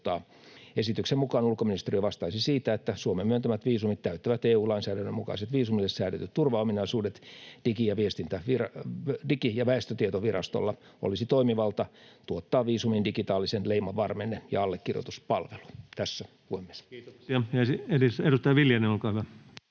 Esityksen mukaan ulkoministeriö vastaisi siitä, että Suomen myöntämät viisumit täyttävät EU-lainsäädännön mukaiset viisumille säädetyt turvaominaisuudet. Digi- ja väestötietovirastolla olisi toimivalta tuottaa viisumin digitaalisen leiman varmenne ja allekirjoituspalvelu.